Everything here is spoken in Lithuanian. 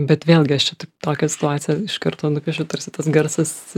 bet vėlgi aš čia taip tokią situaciją iš karto nupiešiau tarsi tas garsas